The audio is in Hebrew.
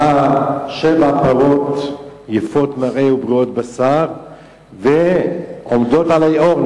ראה שבע פרות יפות מראה ובריאות בשר עומדות על היאור,